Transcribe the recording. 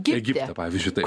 egipte pavyzdžiui taip